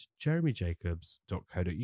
jeremyjacobs.co.uk